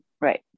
right